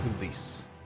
release